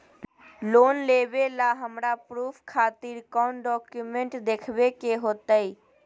Loan लेबे ला हमरा प्रूफ खातिर कौन डॉक्यूमेंट देखबे के होतई?